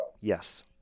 Yes